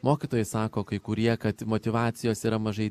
mokytojai sako kai kurie kad motyvacijos yra mažai